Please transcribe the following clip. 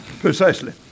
Precisely